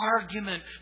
argument